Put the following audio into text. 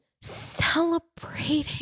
Celebrating